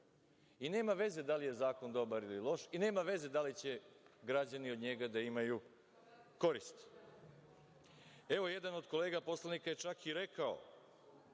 i nema veze da li je zakon dobar ili loš i nema veze da li će građani od njega da imaju korist. Jedan od kolega poslanika je čak i rekao